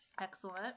Excellent